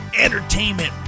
entertainment